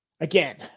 again